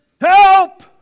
Help